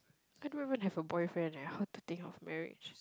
I don't even have a boyfriend eh how to think of marriage